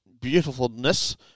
beautifulness